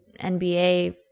NBA